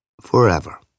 forever